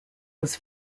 was